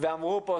ואמרו פה,